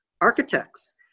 architects